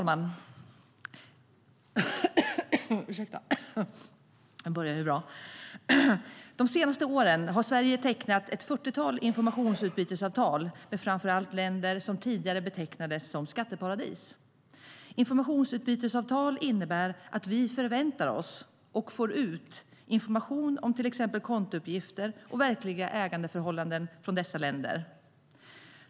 Fru talman! De senaste åren har Sverige tecknat ett 40-tal informationsutbytesavtal med framför allt länder som tidigare betecknades som skatteparadis. Informationsutbytesavtal innebär att vi förväntar oss, och får ut, information om till exempel kontouppgifter och verkliga ägandeförhållanden från dessa länder.